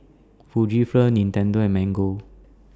Fujifilm Nintendo and Mango